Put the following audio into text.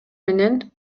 менен